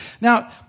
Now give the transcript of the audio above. Now